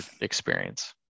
experience